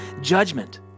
judgment